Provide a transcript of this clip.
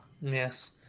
Yes